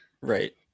Right